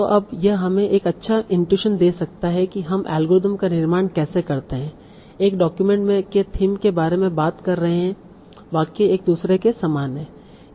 तो अब यह हमें एक अच्छा इन्टूसन दे सकता है कि हम एल्गोरिथ्म का निर्माण कैसे करते हैं एक डॉक्यूमेंट के थीम के बारे में बात कर रहे वाक्य एक दूसरे के समान हैं